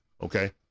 okay